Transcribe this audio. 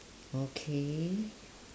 okay